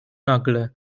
nagle